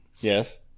Yes